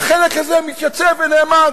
והחלק הזה מתייצב ונעמד,